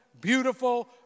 beautiful